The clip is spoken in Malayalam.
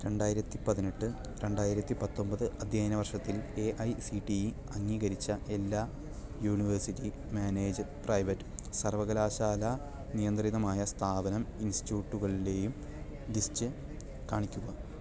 രണ്ടായിരത്തി പതിനെട്ട് രണ്ടായിരത്തി പത്തൊമ്പത് അധ്യയന വർഷത്തിൽ A I C T E അംഗീകരിച്ച എല്ലാ യൂണിവേഴ്സിറ്റി മാനേജ് പ്രൈവറ്റ് സർവകലാശാലാ നിയന്ത്രിതമായ സ്ഥാപനം ഇൻസ്റ്റിട്യുട്ടുകളുടെയും ലിസ്റ്റ് കാണിക്കുക